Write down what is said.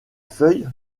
feuilles